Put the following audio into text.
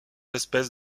espèces